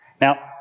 Now